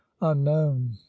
unknown